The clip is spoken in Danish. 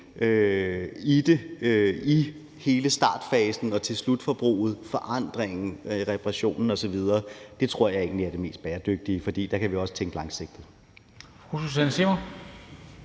ind i hele startfasen og til slutforbruget; forandringen, reparationen osv.? Det tror jeg egentlig er det mest bæredygtige, for der kan vi også tænke langsigtet.